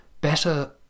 better